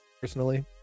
personally